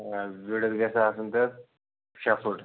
آ وِڈٕت گژھِ آسٕنۍ تتھ شےٚ فُٹ